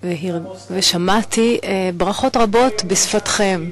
שמעתי ברכות רבות בשפתכם,